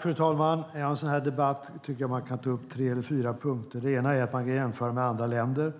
Fru talman! I en sådan här debatt tycker jag att man kan ta upp tre eller fyra punkter. Den första punkten är att man kan jämföra med andra länder.